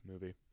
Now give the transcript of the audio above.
movie